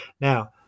Now